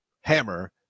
hammer